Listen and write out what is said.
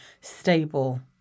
stable